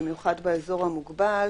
במיוחד באזור המוגבל,